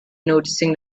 noticing